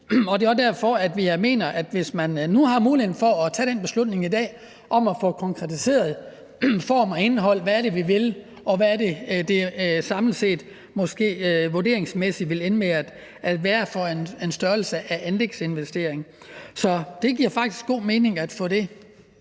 Det er også derfor, jeg mener, at hvis man nu har muligheden for at tage den beslutning i dag om at få konkretiseret form og indhold – hvad det er, vi vil, og hvad det er, det måske samlet set vurderingsmæssigt vil ende med at være for en størrelse af anlægsinvestering – så giver det faktisk god mening at få det